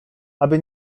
aby